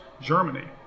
Germany